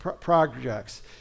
projects